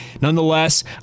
nonetheless